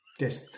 Yes